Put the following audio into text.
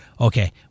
okay